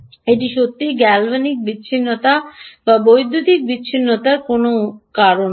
এটি সত্যিই গ্যালভ্যানিক বিচ্ছিন্নতা বা বৈদ্যুতিক বিচ্ছিন্নতার কোনও নয়